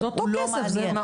לא מעניין.